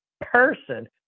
person